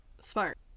smart